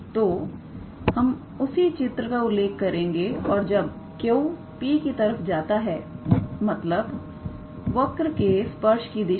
तोहम उसी चित्र का उल्लेख करेंगे और जब Q P की तरफ जाता है मतलब वर्क के स्पर्श की दिशा में